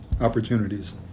opportunities